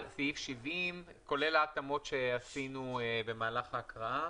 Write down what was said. על סעיף 70, כולל ההתאמות שעשינו במהלך ההקראה.